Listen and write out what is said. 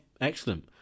excellent